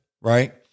right